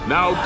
Now